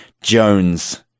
Jones